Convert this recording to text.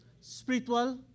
spiritual